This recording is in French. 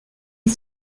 est